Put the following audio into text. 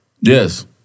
Yes